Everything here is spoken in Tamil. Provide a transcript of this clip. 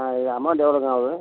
ஆ இது அமௌண்ட் எவ்வளோங்க ஆவுது